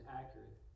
accurate